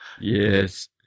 Yes